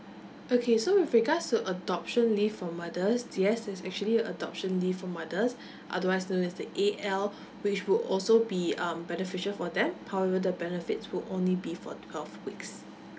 okay so with regards to adoption leave for mothers yes there's actually a adoption leave for mothers otherwise known as the A_L which would also be um beneficial for them however the benefits would only be for twelve weeks